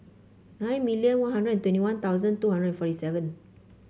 nine million One Hundred and twenty One Thousand two hundred forty seven